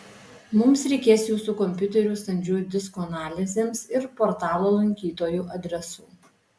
mums reikės jūsų kompiuterių standžiųjų diskų analizėms ir portalo lankytojų adresų